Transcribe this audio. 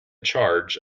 charge